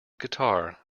guitar